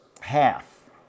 half